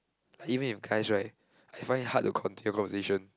even if guys right I find it hard to continue the conversation